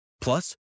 Plus